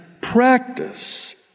practice